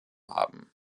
haben